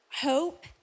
hope